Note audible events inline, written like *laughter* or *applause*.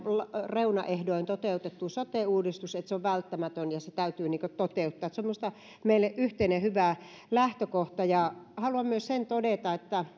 reunaehdoin toteutettu sote uudistus on välttämätön ja se täytyy toteuttaa se on meille yhteinen hyvä lähtökohta haluan myös sen todeta että *unintelligible*